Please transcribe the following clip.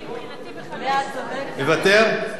מוותר?